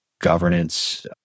Governance